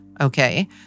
Okay